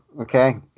okay